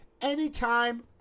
Anytime